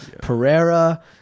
Pereira